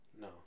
No